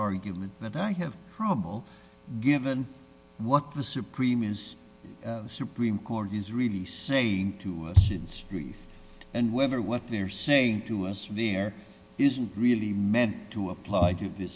argument that i have probable given what the supreme is the supreme court is really saying to the street and whether what they're saying to us there isn't really meant to apply to th